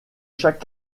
chaque